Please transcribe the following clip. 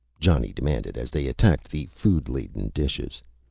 johnny demanded as they attacked the food-laden dishes.